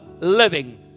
living